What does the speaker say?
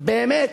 באמת